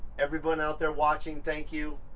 everyone out there watching, thank you,